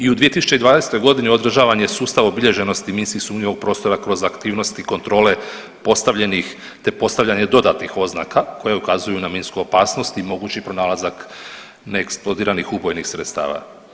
I u 2020.g. održavan je sustav obilježenosti minski sumnjivog prostora kroz aktivnosti kontrole postavljenih te postavljanje dodatnih oznaka koje ukazuju na minsku opasnost i mogući pronalazak neeksplodiranih ubojnih sredstava.